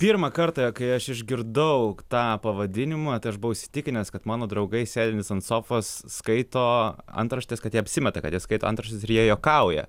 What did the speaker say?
pirmą kartą kai aš išgirdau tą pavadinimą tai aš buvau įsitikinęs kad mano draugai sėdintys ant sofos skaito antraštes kad jie apsimeta kad jie skaito antraštes ir jie juokauja